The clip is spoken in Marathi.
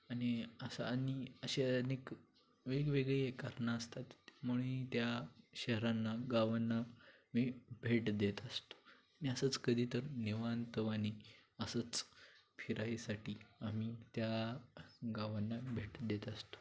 आणि असं आणि असे अनेक वेगवेगळी कारणं असतात त्यामुळे त्या शहरांना गावांना मी भेट देत असतो आणि असंच कधी तर निवांतवाणी असंच फिरायसाठी आम्ही त्या गावांना भेट देत असतो